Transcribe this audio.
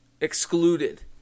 excluded